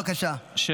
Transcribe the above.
בבקשה.